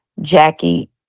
Jackie